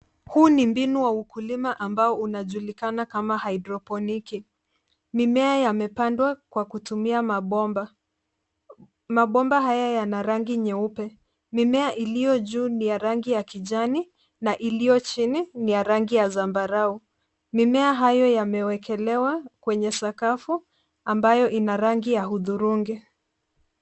Huu ni mbinu wa ukulima ambao unajulikana kama haidroponiki. Mimea yamepandwa kwa kutumia mabomba. Mabomba haya yana rangi nyeupe. Mimea iliyo juu ni ya rangi ya kijani na iliyo chini ni ya rangi ya zambarau. Mimea hayo yamewekelewa kwenye sakafu ambayo ina rangi ya hudhurungi.